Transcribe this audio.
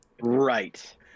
Right